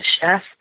chef